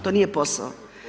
To nije posao.